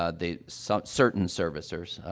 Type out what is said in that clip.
ah they so certain servicers